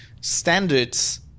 standards